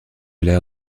l’air